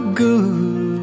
good